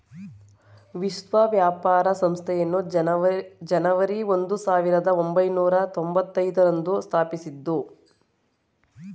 ವಿಶ್ವ ವ್ಯಾಪಾರ ಸಂಸ್ಥೆಯನ್ನು ಜನವರಿ ಒಂದು ಸಾವಿರದ ಒಂಬೈನೂರ ತೊಂಭತ್ತೈದು ರಂದು ಸ್ಥಾಪಿಸಿದ್ದ್ರು